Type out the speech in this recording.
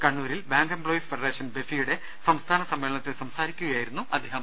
കണ്ണൂരിൽ bank employees federation ബെഫിയുടെ സംസ്ഥാനത്തസമ്മേളന ത്തിൽ സംസാരിക്കുകയായിരുന്നു അദ്ദേഹം